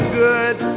good